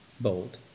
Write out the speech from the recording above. bold